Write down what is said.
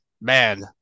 man